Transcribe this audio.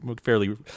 fairly